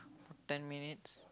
ten minutes